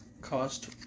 cost